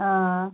हां